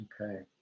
Okay